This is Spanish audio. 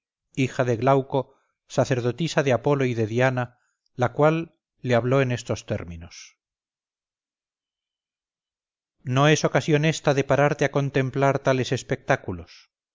hija de glauco sacerdotisa de apolo y de diana la cual le habló en estos términos no es ocasión esta de pararte a contemplar tales espectáculos